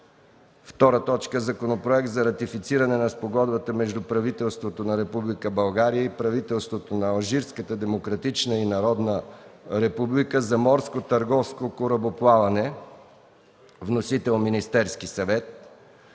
Иванов. 2. Законопроект за ратифициране на Спогодбата между правителството на Република България и правителството на Алжирската демократична и народна република за морско търговско корабоплаване. Вносител – Министерският съвет.